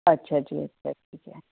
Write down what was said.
ਅੱਛਾ